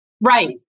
Right